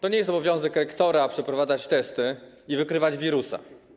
To nie jest obowiązek rektora - przeprowadzanie testów i wykrywanie wirusa.